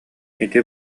ити